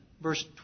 Verse